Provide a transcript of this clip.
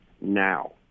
now